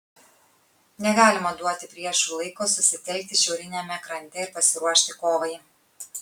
negalima duoti priešui laiko susitelkti šiauriniame krante ir pasiruošti kovai